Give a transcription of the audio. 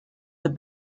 the